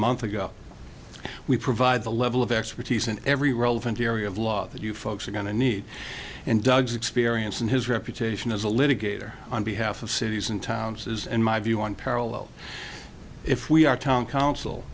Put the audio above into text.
month ago we provide the level of expertise in every relevant area of law that you folks are going to need and doug's experience and his reputation as a litigator on behalf of cities and towns is in my view on parallel if we are town council